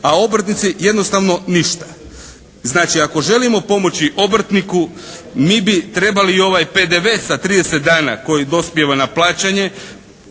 A obrtnici jednostavno ništa. Znači ako želimo pomoći obrtniku mi bi trebali i ovaj PDV sa 30 dana koji dospijeva na plaćanje,